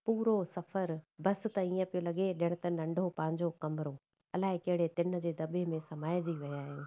पूरो सफ़र बसि त ईअं पियो लॻे ॼण त नंढो पंहिंजो कमिरो अलाइ कहिड़े टिन जे दॿे में समाइ जी विया आहियूं